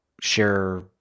share